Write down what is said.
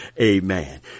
Amen